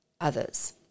others